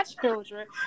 children